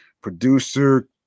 Producer